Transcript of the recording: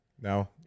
No